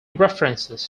references